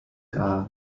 kahl